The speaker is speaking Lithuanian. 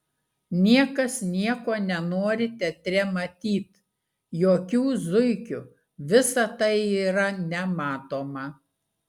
niekas nieko nenori teatre matyt jokių zuikių visa tai yra nematoma